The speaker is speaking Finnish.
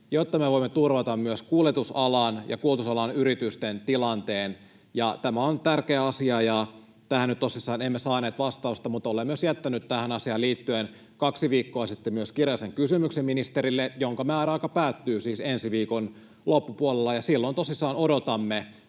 jotta me voimme turvata myös kuljetusalan ja kuljetusalan yritysten tilanteen. Tämä on tärkeä asia, ja tähän nyt tosissaan emme saaneet vastausta, mutta olen myös jättänyt ministerille tähän asiaan liittyen kaksi viikkoa sitten kirjallisen kysymyksen, jonka määräaika päättyy siis ensi viikon loppupuolella. Silloin tosissaan odotamme